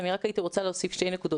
אני רק הייתי רוצה להוסיף שתי נקודות.